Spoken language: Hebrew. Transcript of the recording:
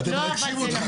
מה זאת האפליה הזאת?